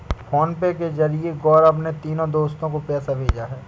PhonePe के जरिए गौरव ने तीनों दोस्तो को पैसा भेजा है